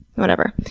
whatever.